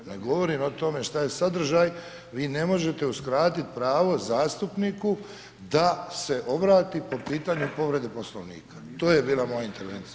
Ne govorim o tome šta je sadržaj, vi ne možete uskratiti pravo zastupniku da se obrati po pitanju povrede Poslovnika, to je bila moja intervencija.